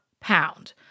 pound